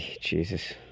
Jesus